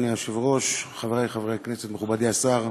אדוני היושב-ראש, חברי חברי הכנסת, מכובדי השר,